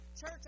Church